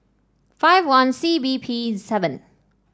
five one C B P seven